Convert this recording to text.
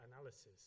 analysis